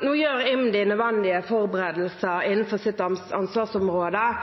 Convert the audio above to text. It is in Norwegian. Nå gjør IMDi nødvendige forberedelser innenfor sitt ansvarsområde,